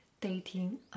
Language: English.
dating